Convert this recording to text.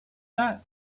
that